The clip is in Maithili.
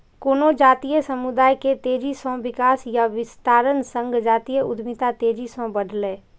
कोनो जातीय समुदाय के तेजी सं विकास आ विस्तारक संग जातीय उद्यमिता तेजी सं बढ़लैए